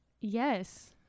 Yes